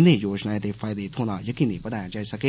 इनें योजनाएं दे फायदे थ्होना यकीनी बनाया जाई सकै